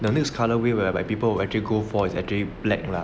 the next colourway will have people who actually go for is actually black lah